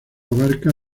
abarca